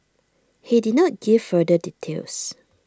he did not give further details